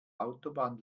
autobahn